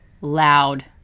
loud